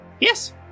Yes